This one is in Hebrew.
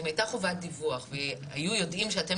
אם היתה חובת דיווח והיו יודעים שאתם